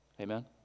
Amen